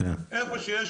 היכן שיש